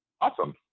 Awesome